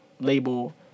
label